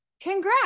Congrats